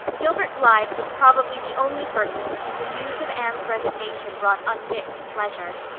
gilbert blythe was probably the only person to whom the news of anne's resignation brought unmixed pleasure.